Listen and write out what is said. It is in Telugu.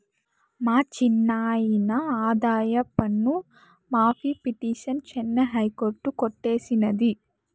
మా చిన్నాయిన ఆదాయపన్ను మాఫీ పిటిసన్ చెన్నై హైకోర్టు కొట్టేసినాది